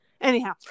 Anyhow